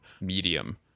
medium